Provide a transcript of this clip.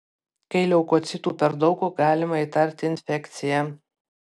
kai leukocitų per daug galima įtarti infekciją